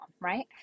Right